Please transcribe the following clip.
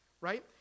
right